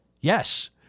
yes